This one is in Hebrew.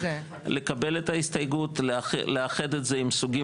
לקבל את ההסתייגות לאחד את זה עם סוגים